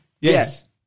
Yes